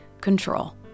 control